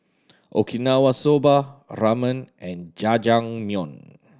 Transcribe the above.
Okinawa Soba Ramen and Jajangmyeon